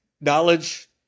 knowledge